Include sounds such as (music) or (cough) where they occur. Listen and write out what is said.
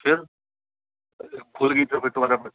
फिर (unintelligible)